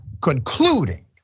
concluding